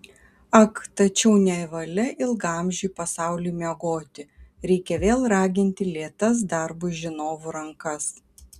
ak tačiau nevalia ilgaamžiui pasauliui miegoti reikia vėl raginti lėtas darbui žinovų rankas